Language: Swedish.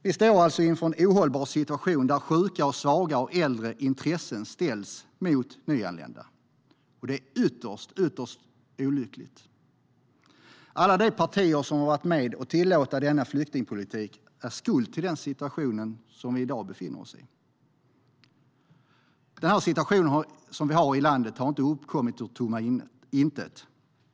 Vi står alltså inför en ohållbar situation där sjukas, svagas och äldres intressen ställs mot nyanländas intressen. Det är ytterst olyckligt. Alla de partier som har varit med om att tillåta denna flyktingpolitik har skulden för den situation som vi i dag befinner oss i. Den situation som vi har i landet har inte uppkommit ur tomma intet.